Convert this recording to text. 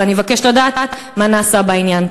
ואני מבקשת לדעת מה נעשה בעניין.